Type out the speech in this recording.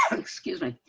excuse me.